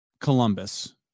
Columbus